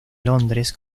londres